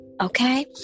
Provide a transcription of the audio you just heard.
Okay